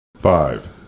five